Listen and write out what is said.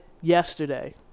yesterday